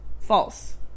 false